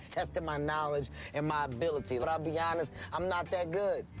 testing my knowledge and my ability. but i'll be honest, i'm not that good.